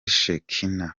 shekinah